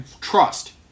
trust